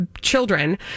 children